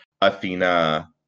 Athena